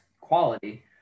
quality